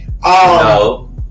No